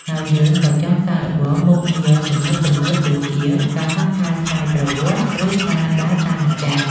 ហើយយើង ក៏ចង់សាកល្បងមុខងារទំនើបៗដូចជា ការហោះហើរស្វ័យប្រវត្តិ ឬការដើរតាមម្ចាស់។